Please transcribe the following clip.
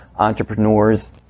Entrepreneurs